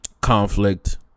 Conflict